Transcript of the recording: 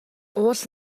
уул